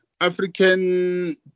African